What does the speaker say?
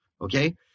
okay